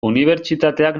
unibertsitateak